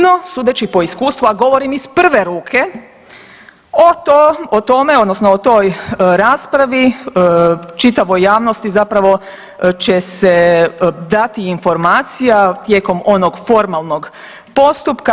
No, sudeći po iskustvu, a govorim iz prve ruke o tome odnosno o toj raspravi čitavoj javnosti zapravo će se dati informacija tijekom onog formalnog postupka.